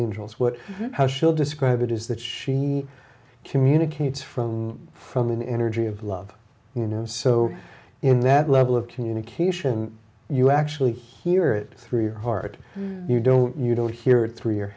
angels what how she'll describe it is that she communicates from from an energy of love you know so in that level of communication you actually hear it through your heart you don't you don't hear it through your